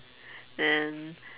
and